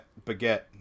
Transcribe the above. Baguette